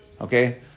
Okay